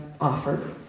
offer